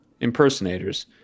impersonators